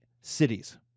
Cities